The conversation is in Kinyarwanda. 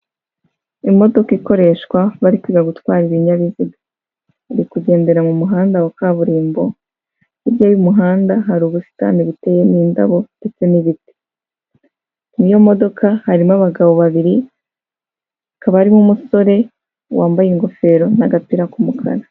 Imodoka ikoreshwa bari kwigaga gutwara ibinyabiziga irikugendera mu muhanda wa kaburimbo hirya y'umuhanda hari ubusitani buteyemo indabo ndetse n'ibiti muyo modoka harimo abagabo babiribamo umusore wambaye ingofero'agapira kumukara.